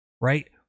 right